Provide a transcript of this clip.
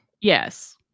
yes